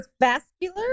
vascular